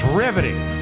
riveting